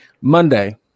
Monday